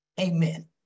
amen